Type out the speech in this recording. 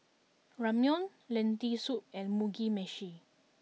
Ramyeon Lentil Soup and Mugi Meshi